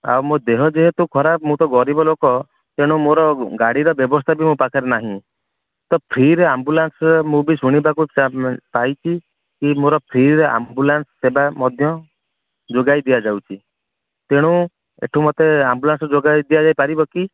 ଆଉ ମୋ ଦେହ ଯେହେତୁ ଖରାପ ମୁଁ ତ ଗରିବ ଲୋକ ତେଣୁ ମୋର ଗାଡ଼ିର ବ୍ୟବସ୍ଥା ବି ମୋ ପାଖରେ ନାହିଁ ତ ଫ୍ରୀରେ ଆମ୍ବୁଲାନ୍ସ ମୁଁ ବି ଶୁଣିବାକୁ ପାଇଛିକି ମୋର ଫ୍ରୀରେ ଆମ୍ବୁଲାନ୍ସ ସେବା ମଧ୍ୟ ଯୋଗାଇ ଦିଆଯାଉଛି ତେଣୁ ଏଠୁ ମୋତେ ଆମ୍ବୁଲାନ୍ସ ଯୋଗାଇ ଦିଆଯାଇ ପାରିବ କି